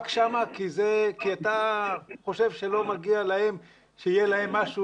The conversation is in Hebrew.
רק שם כי אתה חושב שלא מגיע להם שיהיה להם משהו